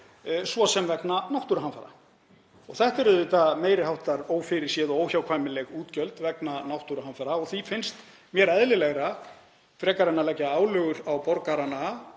svo sem vegna náttúruhamfara. Þetta eru auðvitað meiri háttar ófyrirséð og óhjákvæmileg útgjöld vegna náttúruhamfara og því finnst mér eðlilegra að frekar en að leggja álögur á borgarana